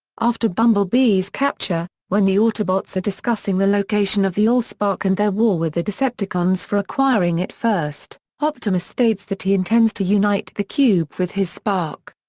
after bumblebee's capture, when the autobots are discussing the location of the allspark and their war with the decepticons for acquiring it first, optimus states that he intends to unite the cube with his spark.